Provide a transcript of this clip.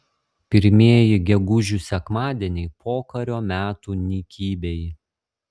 pirmieji gegužių sekmadieniai pokario metų nykybėj